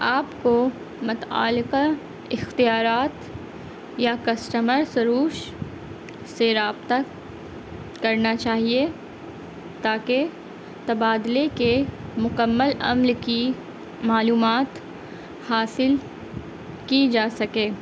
آپ کو مطعلقہ اختیارات یا کسٹمر سروش سے رابطہ کرنا چاہیے تاکہ تبادلے کے مکمل عمل کی معلومات حاصل کی جا سکے